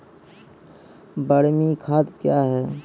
बरमी खाद कया हैं?